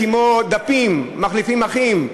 כמו דפים מחליפים אחים,